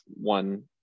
one